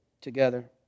together